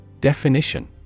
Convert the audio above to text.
Definition